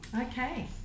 Okay